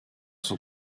sont